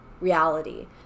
reality